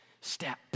step